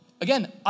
Again